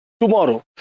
tomorrow